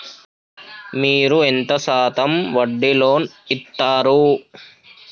మీరు ఎంత శాతం వడ్డీ లోన్ ఇత్తరు?